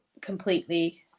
completely